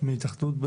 מהנדס נציג